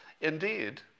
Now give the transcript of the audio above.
Indeed